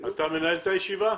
אבנר, אתה מנהל את הישיבה?